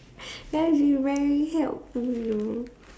that's be very helpful though